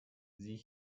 sieh